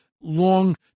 long